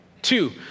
Two